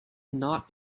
not